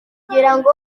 kugirango